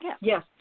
Yes